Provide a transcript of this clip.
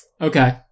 Okay